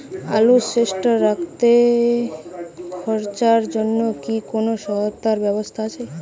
আলু স্টোরে রাখতে খরচার জন্যকি কোন সহায়তার ব্যবস্থা আছে?